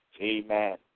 Amen